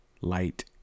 Light